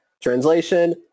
Translation